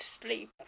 sleep